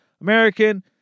American